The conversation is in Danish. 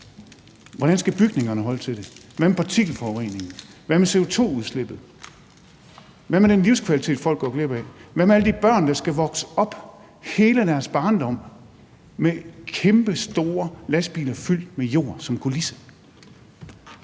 Hvordan skal bygningerne holde til det? Hvad med partikelforureningen? Hvad med CO2-udslippet? Hvad med den livskvalitet, folk går glip af? Hvad med alle de børn, der skal vokse op hele deres barndom med kæmpestore lastbiler fyldt med jord som kulisse?